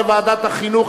לדיון מוקדם בוועדת החינוך,